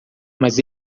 mas